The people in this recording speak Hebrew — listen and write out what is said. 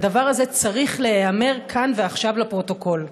והדבר הזה צריך להיאמר כאן ועכשיו לפרוטוקול.